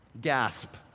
Gasp